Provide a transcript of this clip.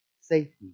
safety